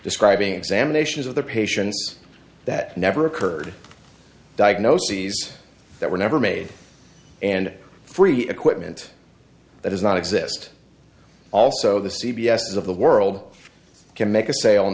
describing examinations of the patients that never occurred diagnoses that were never made and free equipment that is not exist also the c b s of the world can make a sale on